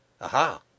Aha